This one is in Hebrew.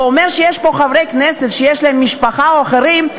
ואומר שיש פה חברי כנסת שיש להם משפחה או אחרים,